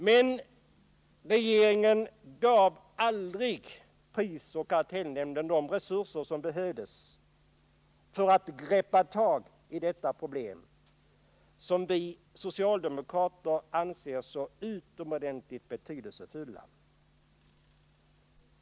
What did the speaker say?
Men regeringen gav aldrig prisoch kartellnämnden de resurser som den behövde för att gripa tag i dessa problem, som vi socialdemokrater anser så utomordentligt betydelsefulla.